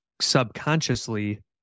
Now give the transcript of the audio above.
subconsciously